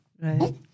Right